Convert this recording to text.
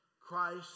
Christ